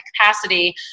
capacity